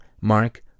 Mark